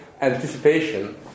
anticipation